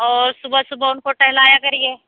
اور صُبح صُبح اُن کو ٹہلایا کریئے